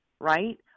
right